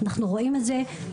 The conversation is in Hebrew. אנחנו רואים את זה.